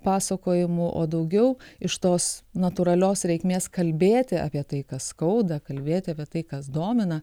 pasakojimų o daugiau iš tos natūralios reikmės kalbėti apie tai ką skauda kalbėti apie tai kas domina